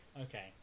Okay